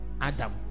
adam